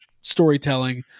storytelling